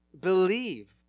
Believe